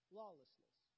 lawlessness